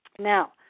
Now